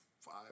Five